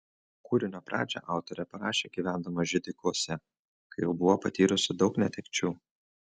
kūrinio pradžią autorė parašė gyvendama židikuose kai jau buvo patyrusi daug netekčių